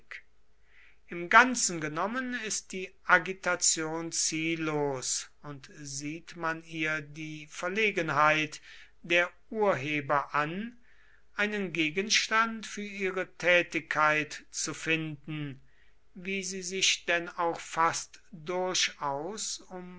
im ganzen genommen ist die agitation ziellos und sieht man ihr die verlegenheit der urheber an einen gegenstand für ihre tätigkeit zu finden wie sie sich denn auch fast durchaus um